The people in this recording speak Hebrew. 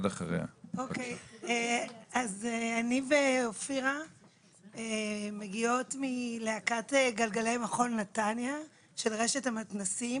אני ואופירה מגיעות מלהקת גלגלי מחול נתניה של רשת המתנ"סים.